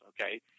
Okay